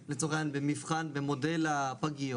יכולה קופת החולים לצאת מבית החולים והרצפה הזאת תקטן לו.